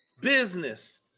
business